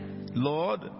Lord